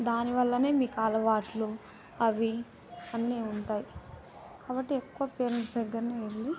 దాని వల్లనే మీకు అలవాట్లు అవి అన్నీ ఉంటాయి కాబట్టి ఎక్కువ పేరెంట్స్ దగ్గరనే వెళ్ళి